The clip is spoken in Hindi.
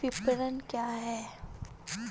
विपणन क्या है?